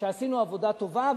שעשינו עבודה טובה,